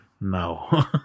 no